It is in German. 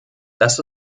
das